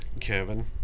Kevin